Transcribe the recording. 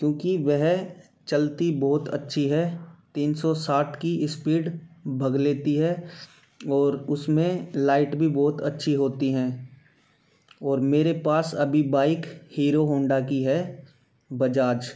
क्योंकि वह चलती बहुत अच्छी है तीन सौ साठ की स्पीड भाग लेती है और उसमें लाइट भी बहुत अच्छी होती हैं और मेरे पास अभी बाइक हीरो होंडा की है बजाज